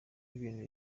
ibintu